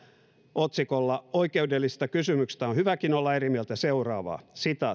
otsikolla oikeudellisista kysymyksistä on hyväkin olla eri mieltä seuraavaa